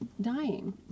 dying